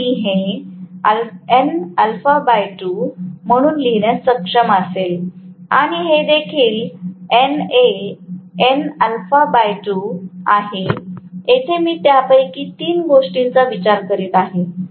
तर मी हे nα2 म्हणून लिहिण्यास सक्षम असेल आणि हे देखील nα2 आहेयेथे मी त्यापैकी फक्त तीन गोष्टींचा विचार करत आहे